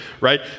right